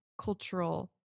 cultural